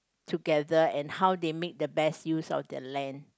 together and how they make the best use of their land